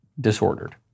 disordered